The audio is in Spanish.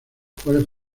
cuales